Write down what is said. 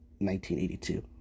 1982